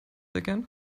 again